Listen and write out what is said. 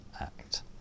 act